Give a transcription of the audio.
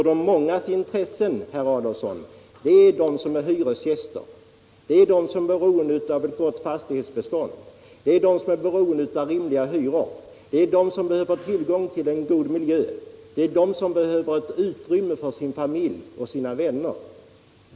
De många, herr Adolfsson, är hyresgäster, de som är beroende av ett gott fastighetsbestånd, av rimliga hyror, de som behöver tillgång till en god miljö, de som behöver utrymme för sin familj och sina vänner.